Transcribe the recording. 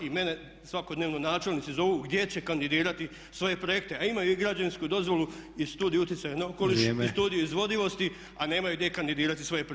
I mene svakodnevno načelnici zovu gdje će kandidirati svoje projekte a imaju i građevinsku dozvolu i studiju utjecaja na okoliš i studiju izvodivosti a nemaju gdje kandidirati svoje projekte.